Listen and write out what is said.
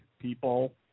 people